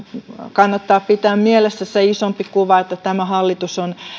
kannattaa pitää mielessä se isompi kuva että tämä hallitus